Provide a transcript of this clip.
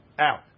out